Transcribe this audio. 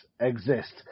exist